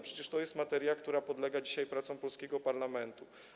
Przecież to jest materia, która podlega dzisiaj pracom polskiego parlamentu.